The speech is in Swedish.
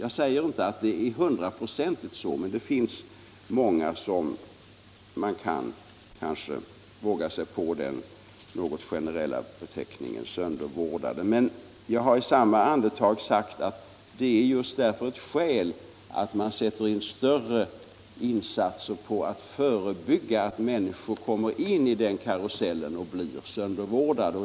Jag säger inte att det är på det sättet hundraprocentigt, men det finns många fall där men kanske kan våga sig på den något generella beteckningen ”söndervårdade”. Men jag har i samma andetag också sagt att det därför är skäl att sätta in större insatser för att förebygga att människor kommer in i den karusellen och blir söndervårdade.